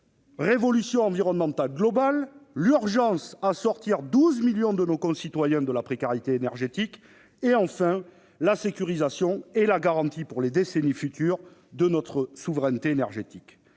révolution environnementale globale ; l'exigence de sortir 12 millions de nos concitoyens de la précarité énergétique ; la sécurisation et la garantie pour les décennies futures de notre souveraineté énergétique.